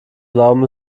glauben